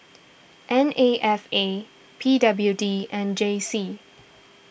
N A F A P W D and J C